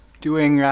doing